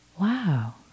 wow